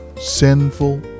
sinful